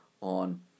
on